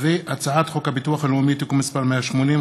הצעת חוק הביטוח הלאומי (תיקון מס' 180),